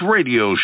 Radio